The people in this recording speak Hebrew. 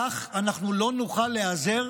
כך אנחנו לא נוכל להיעזר,